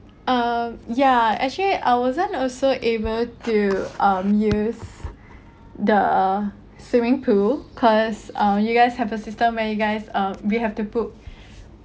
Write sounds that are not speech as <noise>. uh yeah actually I wasn't also able to um use <breath> the swimming pool cause um you guys have a system where you guys uh we have to book <breath>